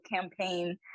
campaign